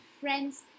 friends